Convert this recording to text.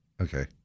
Okay